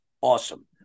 awesome